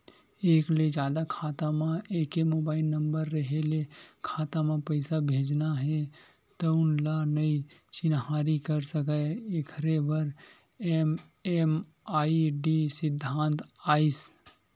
एक ले जादा खाता म एके मोबाइल नंबर रेहे ले खाता म पइसा भेजना हे तउन ल नइ चिन्हारी कर सकय एखरे बर एम.एम.आई.डी सिद्धांत आइस